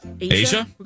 Asia